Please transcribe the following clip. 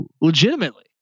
Legitimately